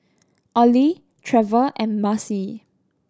Ollie Trever and Marcy